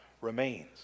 remains